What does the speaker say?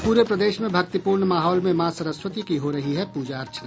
और पूरे प्रदेश मे भक्तिपूर्ण माहौल में माँ सरस्वती की हो रही है पूजा अर्चना